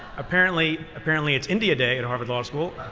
apparently apparently it's india day at harvard law school.